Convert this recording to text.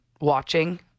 watching